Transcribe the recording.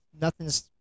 nothing's